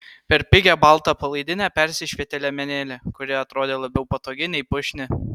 per pigią baltą palaidinę persišvietė liemenėlė kuri atrodė labiau patogi nei puošni